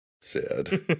sad